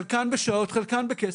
חלקן בשעות, חלקן בכסף.